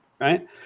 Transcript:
Right